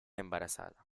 embarazada